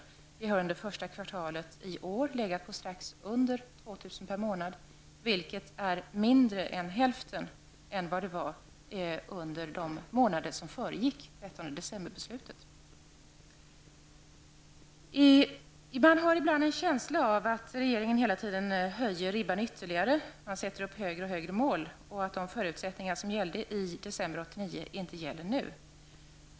Antalet har under det första kvartalet i år legat på strax under 2 000 per månad, vilket är mindre än hälften av vad det var under de månader som föregick beslutet den 13 december. Man har ibland en känsla av att regeringen hela tiden höjer ribban. Man sätter upp allt högre mål. De förutsättningar som gällde i december 1989 gäller inte nu.